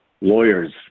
lawyers